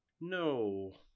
No